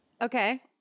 Okay